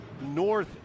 north